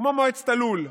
כמו מועצת הלול.